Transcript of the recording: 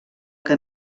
que